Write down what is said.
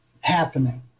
happening